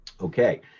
Okay